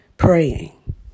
Praying